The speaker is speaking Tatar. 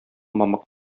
мамык